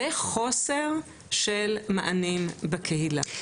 וחוסר של מענים בקהילה.